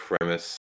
premise